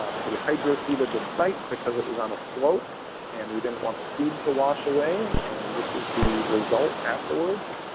um so we hydro-seeded the site because it was on a slope and we didn't want the seed to wash away. and this was the result afterwards.